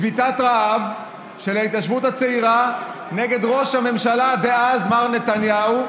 שביתת רעב של ההתיישבות הצעירה נגד ראש הממשלה דאז מר נתניהו,